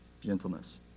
gentleness